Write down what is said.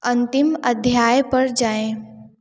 अंतिम अध्याय पर जाएँ